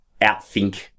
outthink